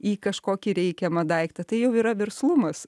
į kažkokį reikiamą daiktą tai jau yra verslumas